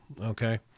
okay